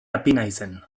apinaizen